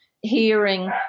hearing